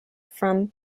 from